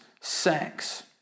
sex